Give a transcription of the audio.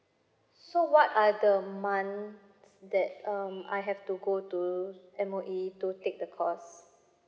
so what are the months that um I have to go to M_O_E to take the course